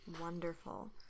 Wonderful